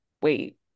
wait